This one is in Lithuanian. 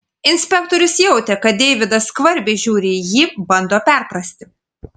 inspektorius jautė kad deividas skvarbiai žiūri į jį bando perprasti